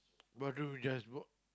bathroom just brought